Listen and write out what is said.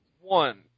One